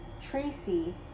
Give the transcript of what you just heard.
Tracy